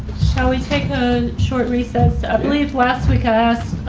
shall we take a short recess? i believe last week i asked.